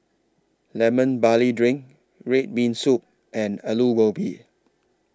Lemon Barley Drink Red Bean Soup and Aloo Gobi